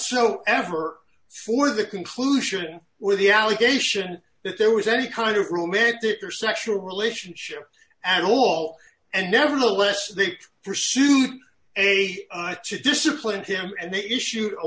soever for the conclusion with the allegation that there was any kind of romantic or sexual relationship at all and nevertheless they pursued a right to discipline him and they issued a